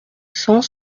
cent